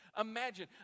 Imagine